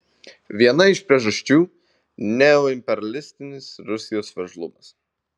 viena iš priežasčių neoimperialistinis rusijos veržlumas